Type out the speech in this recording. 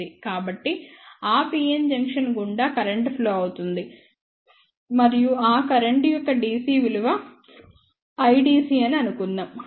కాబట్టి ఆ pn junction గుండా కరెంట్ ప్రవహిస్తుంది మరియు ఆ కరెంట్ యొక్క DC విలువ Idc అని అనుకుందాం